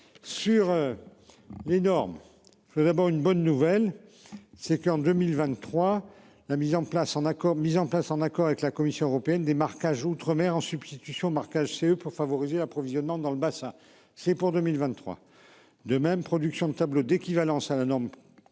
Sur. L'énorme je veux d'abord une bonne nouvelle, c'est qu'en 2023 la mise en place en accord mis en place en accord avec la Commission européenne des marquages outre-mer en substitution marquage CE pour favoriser l'approvisionnement dans le bassin c'est pour 2023 de même production de tableaux d'équivalence à la norme